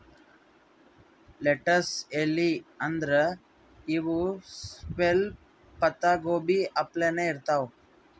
lettuce ಎಲಿ ಅಂದ್ರ ಇವ್ ಸ್ವಲ್ಪ್ ಪತ್ತಾಗೋಬಿ ಅಪ್ಲೆನೇ ಇರ್ತವ್